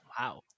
Wow